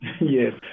Yes